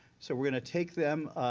so we're going to take them,